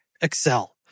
Excel